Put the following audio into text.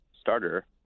starter